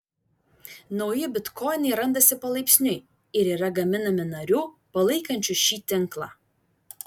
nauji bitkoinai randasi palaipsniui ir yra gaminami narių palaikančių šį tinklą